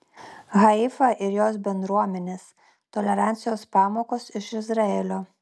haifa ir jos bendruomenės tolerancijos pamokos iš izraelio